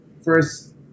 first